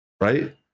right